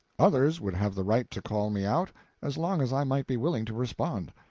others would have the right to call me out as long as i might be willing to respond.